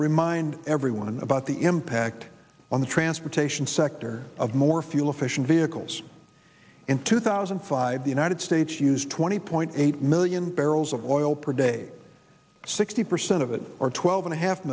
remind everyone about the impact on the transportation sector of more fuel efficient vehicles in two thousand and five the united states use twenty point eight million barrels of oil per day sixty percent of it or twelve and a half